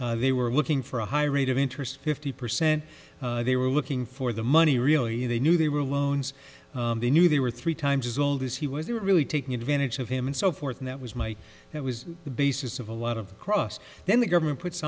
that they were looking for a high rate of interest fifty percent they were looking for the money really they knew they were loans they knew they were three times as old as he was they were really taking advantage of him and so forth and that was my that was the basis of a lot of cross then the government puts